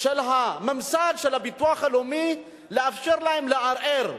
של הממסד, של הביטוח הלאומי, לאפשר להם לערער.